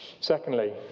Secondly